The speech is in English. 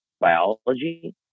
biology